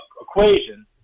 equation